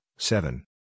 Seven